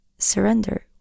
surrender